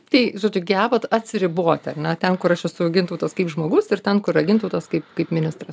tai žodžiu gebat atsiriboti ar ne ten kur aš esu gintautas kaip žmogus ir ten kur yra gintautas kaip kaip ministras